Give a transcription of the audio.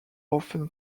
often